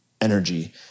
energy